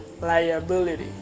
liability